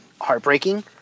heartbreaking